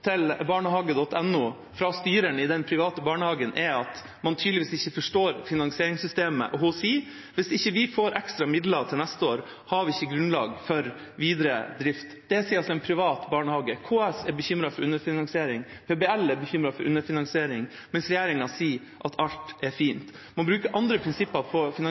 styreren i den private barnehagen er at man tydeligvis ikke forstår finansieringssystemet, og hun sier til barnehage.no at hvis de ikke får ekstra midler til neste år, har de ikke grunnlag for videre drift. Det sier altså styreren for en privat barnehage. KS er bekymret for underfinansiering, PBL er bekymret for underfinansiering, mens regjeringa sier at alt er fint. Man bruker andre prinsipper på